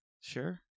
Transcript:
sure